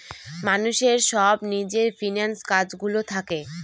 মানুষের সব নিজের ফিন্যান্স কাজ গুলো থাকে